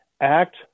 act